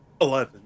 Eleven